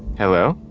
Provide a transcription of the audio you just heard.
hello,